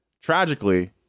Tragically